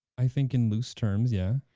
i think in loose terms, yeah.